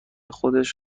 خودش